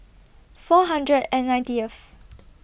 four hundred and ninetieth